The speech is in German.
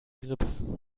grips